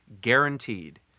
Guaranteed